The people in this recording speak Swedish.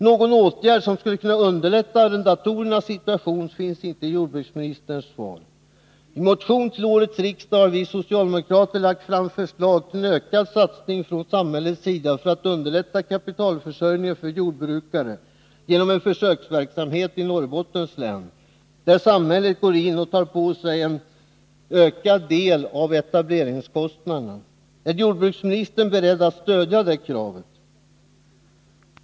Någon åtgärd som skulle kunna underlätta arrendatorernas situation finns inte i jordbruksministerns svar. I motion till årets riksmöte har vi socialdemokrater framlagt förslag till en ökad satsning från samhällets sida för att underlätta kapitalförsörjningen för jordbrukare genom en försöksverksamhet i Norrbottens län, där samhället går in och tar på sig en ökad del av etableringskostnaden. Är jordbruksministern beredd att stödja det kravet?